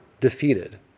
defeated